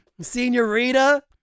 Senorita